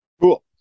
cool